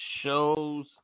Shows